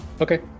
Okay